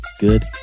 good